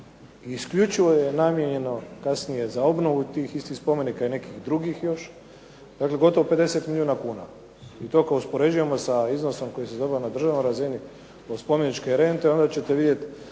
isključivo je namijenjeno kasnije za obnovu tih istih spomenika i nekih drugih još dakle gotovo 50 milijuna kuna. I to kad uspoređujemo sa iznosom koji se dobiva na državnoj razini od spomeničke rente onda ćete vidjet